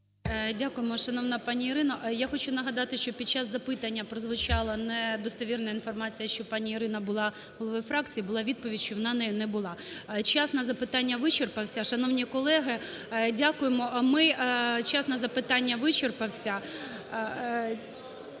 Дякуємо, шановна пані Ірино. Я хочу нагадати, що під час запитання прозвучала недостовірна інформація, що пані Ірина була головою фракції, була відповідь, що вона не була. Час на запитання вичерпався. Шановні колеги, дякуємо. Ми… Час на запитання вичерпався.